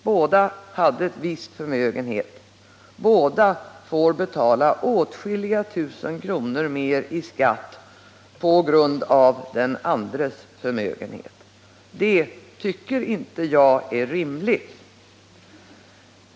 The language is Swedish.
Båda har viss förmögenhet, och var och en av dem får betala åtskilliga tusen kronor mer i skatt på grund av den andres förmögenhet. Det tycker inte jag är rimligt.